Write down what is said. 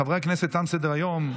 חברי הכנסת, תם סדר-היום.